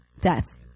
death